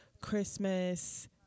Christmas